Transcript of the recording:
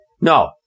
no